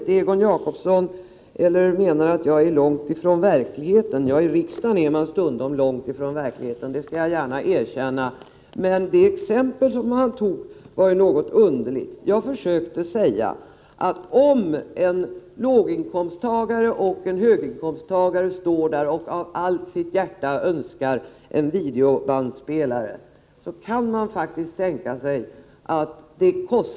Egon Jacobsson anser att jag är långt från verkligheten. Ja, i riksdagen är vi stundom långt från verkligheten, det skall jag gärna erkänna. Egon Jacobssons exempel var emellertid något underligt. Jag försökte säga, att för en låginkomsttagare och en höginkomsttagare som av hela sitt hjärta önskar en videobandspelare innebär skatten på 600 kr.